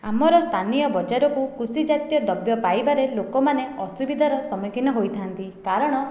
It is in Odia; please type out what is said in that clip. ଆମର ସ୍ଥାନୀୟ ବଜାରକୁ କୃଷିଜାତ୍ୟ ଦ୍ରବ୍ୟ ପାଇବାରେ ଲୋକମାନେ ଅସୁବିଧାର ସମ୍ମୁଖୀନ ହୋଇଥାନ୍ତି କାରଣ